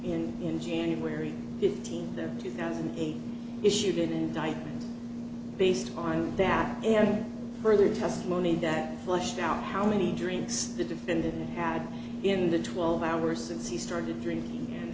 in in january fifteenth two thousand and eight issued indictment based on that and further testimony that flushed out how many drinks the defendant had in the twelve hours since he started drinking and